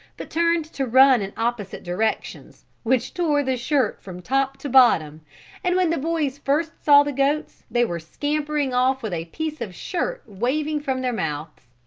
but turned to run in opposite directions which tore the shirt from top to bottom and when the boys first saw the goats they were scampering off with a piece of shirt waving from their mouths.